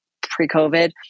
pre-COVID